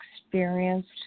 experienced